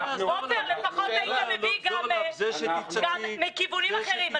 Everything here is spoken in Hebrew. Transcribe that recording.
עפר, לפחות היית מביא גם מכיוונים אחרים.